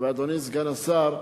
אדוני סגן השר,